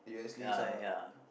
ya ya